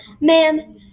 Ma'am